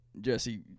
Jesse